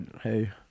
hey